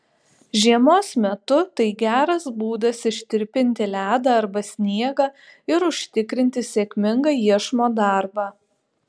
žiemos metu tai geras būdas ištirpinti ledą arba sniegą ir užtikrinti sėkmingą iešmo darbą